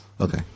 Okay